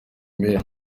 mayor